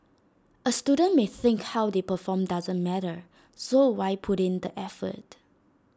A student may think how they perform doesn't matter so why put in the effort